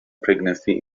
pregnancy